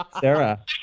Sarah